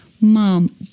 mom